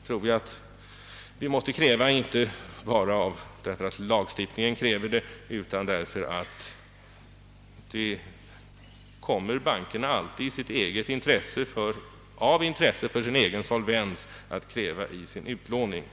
Detta måste vi kräva, inte bara därför att lagstiftningen säger det, utan också därför att bankerna av intresse för sin egen solvens måste tillämpa det vid sin utlåning.